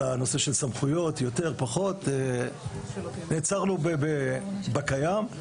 על נושא הסמכויות פחות או יותר, נעצרנו בקיים,